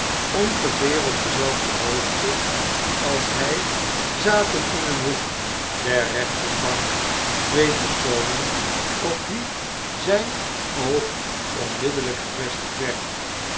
ongeveer op dezelfde hoogte als hij zaten in een hoek der rechtersbank twee personen op wie zyn oog onmiddelljjk gevestigd werd